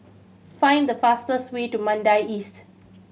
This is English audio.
find the fastest way to Mandai Estate